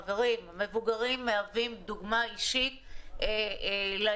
חברים, מבוגרים מהווים דוגמה אישית לילדים.